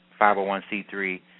501C3